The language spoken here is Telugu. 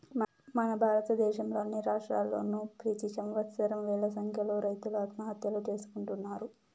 మన భారతదేశంలో అన్ని రాష్ట్రాల్లోనూ ప్రెతి సంవత్సరం వేల సంఖ్యలో రైతులు ఆత్మహత్యలు చేసుకుంటున్నారు